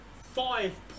five